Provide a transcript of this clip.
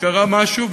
קרה משהו,